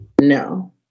No